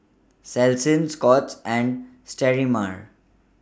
Selsun Scott's and Sterimar